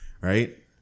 right